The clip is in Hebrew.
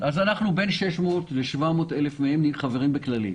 בין 600-700 אלף מהם חברים בכללית.